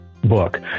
book